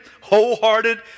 wholehearted